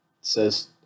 says